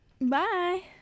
Bye